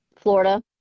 Florida